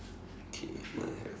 okay mine have